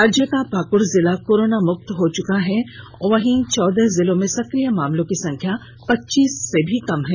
राज्य का पाक्ड़ जिला कोरोना मुक्त हो चुका है वहीं चौदह जिलों में सक्रिय मामलों की संख्या पच्चीस से भी कम है